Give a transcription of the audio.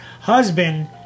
husband